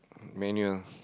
manual